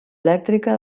elèctrica